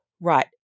right